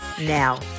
now